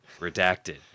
Redacted